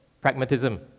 pragmatism